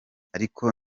ariko